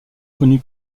connu